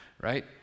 right